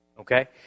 Okay